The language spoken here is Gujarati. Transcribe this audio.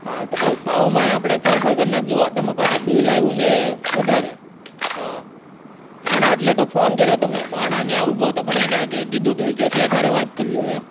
હા તો ભાઈ ભાવમાંય આપણે ફેરફાર કરી નાખજો તમે પાછા બિલ આવ્યું છે વધારે હા ના ના એટલે તો ફોન કર્યો તમને માણસ ત્યાં ઊભો તો પણ એને કીધું તો કે શેઠ હારે વાત કરી લ્યો એમ